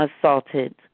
assaulted